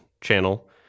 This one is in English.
channel